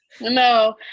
No